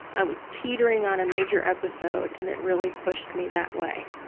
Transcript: i was teetering on a major episode and it really pushed me that way,